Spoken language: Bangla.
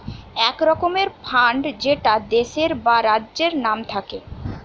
এক রকমের ফান্ড যেটা দেশের বা রাজ্যের নাম থাকে